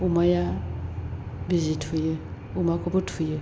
अमाया बिजि थुयो अमाखौबो थुयो